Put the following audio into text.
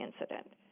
incident